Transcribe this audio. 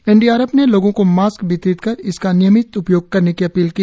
N D R F ने लोगों को मास्क वितरित कर इसका नियमित उपयोग करने की अपील की